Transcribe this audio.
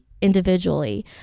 individually